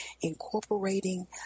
incorporating